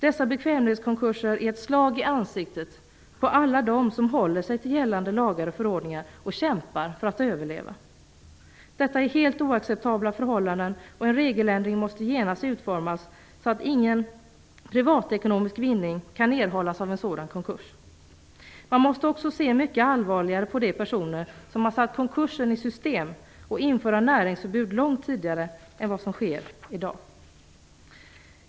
Dessa bekvämlighetskonkurser är ett slag i ansiktet på alla dem som håller sig till gällande lagar och förordningar och kämpar för att överleva. Detta är helt oacceptabla förhållanden, och en regeländring måste genast genomföras, så att ingen privatekonomisk vinning kan göras på en sådan konkurs. Man måste också se mycket allvarligare på de personer som har satt konkurser i system och införa näringsförbud långt tidigare än vad som sker i dag.